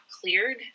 cleared